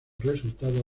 resultado